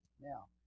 Now